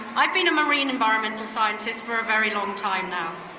i've been a marine environmental scientist for a very long time now.